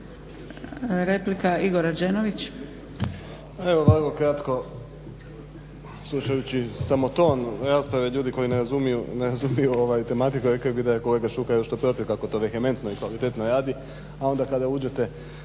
Hvala i vama.